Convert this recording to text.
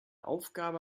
aufgabe